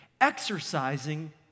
exercising